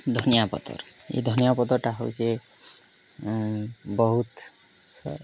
ଧନିଆ ପତର୍ ଏଇ ଧନିଆ ପତର୍ଟା ହଉଛେ ବହୁତ୍ ସ